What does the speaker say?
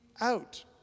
out